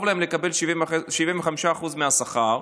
טוב להם לקבל 75% מהשכר,